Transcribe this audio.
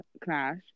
clash